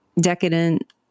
decadent